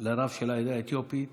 לרב של העדה האתיופית